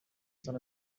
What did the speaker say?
sun